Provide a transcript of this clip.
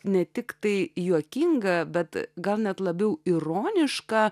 ne tik tai juokinga bet gal net labiau ironiška